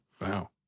Wow